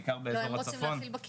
בעיקר באזור הצפון.